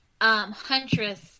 Huntress